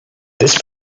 this